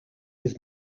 his